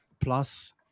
plus